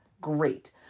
Great